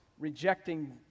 rejecting